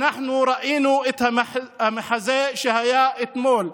אנחנו ראינו את המחזה שהיה אתמול,